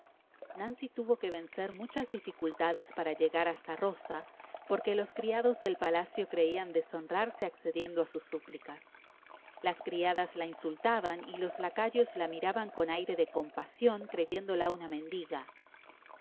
nancy tuvo que vencer muchas dificultades para llegar hasta rosa porque los criados del palacio creian deshonrarse accediendo á sus súplicas las criadas la insultaban y los lacayos la miraban con aire de compasion creyéndola una mendiga